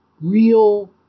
real